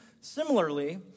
Similarly